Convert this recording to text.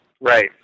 Right